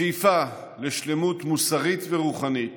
השאיפה לשלמות מוסרית ורוחנית